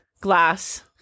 glass